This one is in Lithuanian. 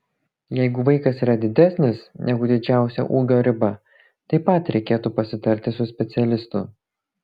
jeigu vaikas yra didesnis negu didžiausia ūgio riba taip pat reikėtų pasitarti su specialistu